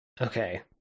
Okay